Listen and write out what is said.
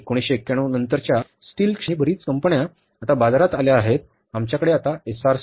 1991 नंतरच्या या जागतिकीकरणा नंतर आता आपण पाहू शकतो की स्टील क्षेत्रातही जे भांडवली क्षेत्र असूनही बरीच कंपन्या आता बाजारात आल्या आहेत